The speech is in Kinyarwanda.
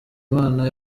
imana